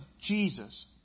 Jesus